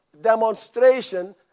demonstration